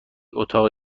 اتاق